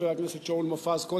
חבר הכנסת שאול מופז,